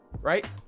Right